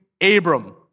Abram